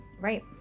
right